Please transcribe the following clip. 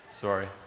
Sorry